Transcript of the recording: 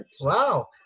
Wow